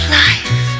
life